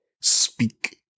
speak